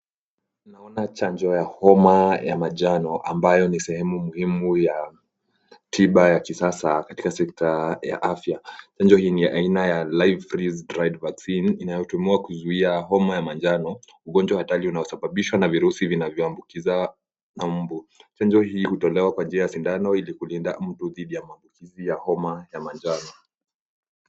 Tunaona chanjo ya homa ya manjano ambayo ni sehemu muhimu ya tiba ya kisasa katika sekta ya afya. Chanjo hii ni ya aina ya live freeze dried vaccine inayotumiwa kuzuia homa ya manjano, ugonjwa hatari unaosababishwa na virusi vinavyoambukiza mbu. Chanjo hii hutolewa kwa njia ya sindano ili kulinda mtu dhidi ya maambukizi ya homa ya manjano.